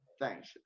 Thanks